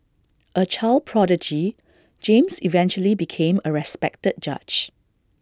A child prodigy James eventually became A respected judge